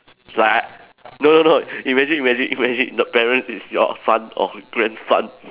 like no no no imagine imagine imagine the parents is your son or grandson